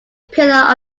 pillar